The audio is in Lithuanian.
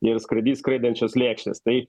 ir skraidys skraidančios lėkštės tai